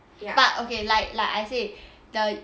ya but uh okay like I said the